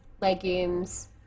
legumes